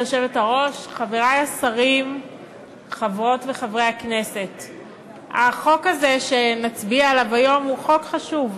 הכנסת, החוק הזה שנצביע עליו היום הוא חוק חשוב.